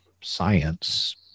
science